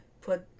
put